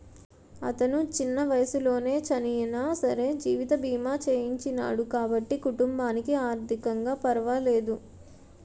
అతను చిన్న వయసులోనే చనియినా సరే జీవిత బీమా చేయించినాడు కాబట్టి కుటుంబానికి ఆర్ధికంగా పరవాలేదు